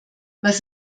was